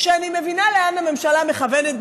שאני מבינה לאן הממשלה מכוונת.